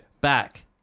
back